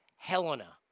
Helena